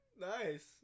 nice